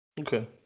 Okay